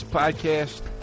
podcast